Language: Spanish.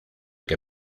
que